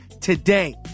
today